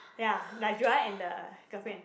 ya like Joel and the girlfriend